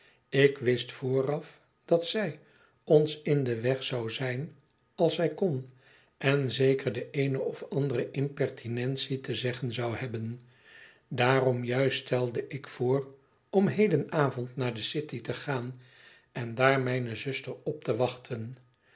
ik wist vooraf dat zij ons in den weg zou zijn als zij kon en zeker de eene of andere imperti nentie te zeggen zou hebben daarom juist stelde ik voor om heden avond naar de city te gaan en daar mijne zuster op te wachten